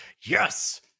yes